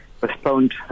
postponed